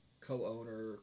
co-owner